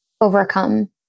overcome